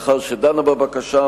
לאחר שדנה בבקשה,